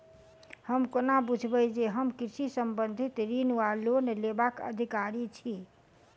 हम कोना बुझबै जे हम कृषि संबंधित ऋण वा लोन लेबाक अधिकारी छी?